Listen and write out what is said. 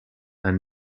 and